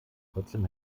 trotzdem